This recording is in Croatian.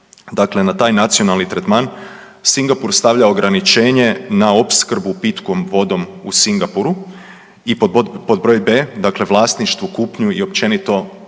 Dakle, na taj nacionalni tretman Singapur stavlja ograničenje na opskrbu pitkom vodom u Singapuru i pod broj b) dakle vlasništvo, kupnju i općenito